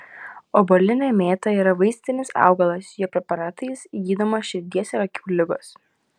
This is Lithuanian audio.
obuolinė mėta yra vaistinis augalas jo preparatais gydomos širdies ir akių ligos